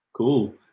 Cool